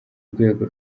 rwego